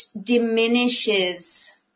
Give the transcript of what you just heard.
diminishes